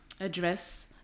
address